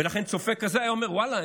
ולכן צופה כזה היה אומר: ואללה,